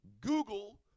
Google